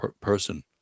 person